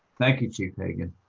thank you, chief hagan,